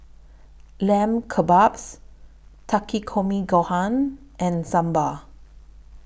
Lamb Kebabs Takikomi Gohan and Sambar